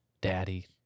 daddy